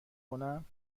کنم